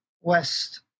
West